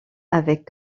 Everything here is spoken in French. avec